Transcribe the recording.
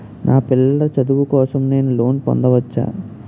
నా పిల్లల చదువు కోసం నేను లోన్ పొందవచ్చా?